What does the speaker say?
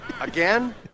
Again